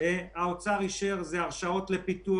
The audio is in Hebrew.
משרד האוצר אישר זה הרשאות לפיתוח.